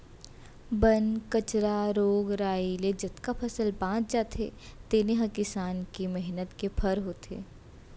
बन कचरा, रोग राई ले जतका फसल बाँच जाथे तेने ह किसान के मेहनत के फर होथे